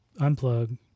unplug